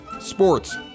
sports